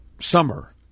summer